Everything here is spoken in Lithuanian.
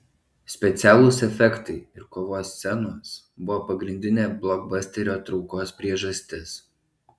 specialūs efektai ir kovos scenos buvo pagrindinė blokbasterio traukos priežastis